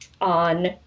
on